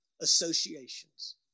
associations